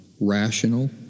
rational